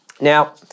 Now